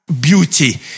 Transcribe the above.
beauty